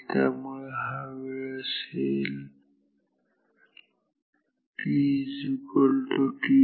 त्यामुळे हा वेळ असेल इक्वल t ton